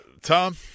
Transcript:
tom